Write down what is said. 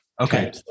Okay